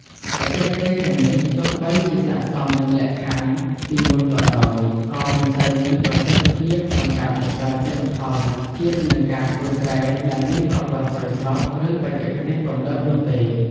បច្ចេកទេសទាំងនេះទោះបីជាស័ក្តិសមនឹងលក្ខខណ្ឌពីមុនក៏ដោយ ក៏មិនសូវមានប្រសិទ្ធភាពក្នុងការបង្កើនទិន្នផលធៀបនឹងការធ្វើស្រែដែលមានប្រព័ន្ធស្រោចស្រព ឬបច្ចេកទេសទំនើបនោះទេ។